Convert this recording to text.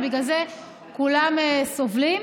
ובגלל זה כולם סובלים.